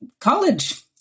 college